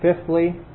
Fifthly